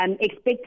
Expect